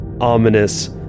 ominous